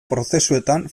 prozesuetan